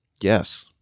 Yes